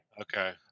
Okay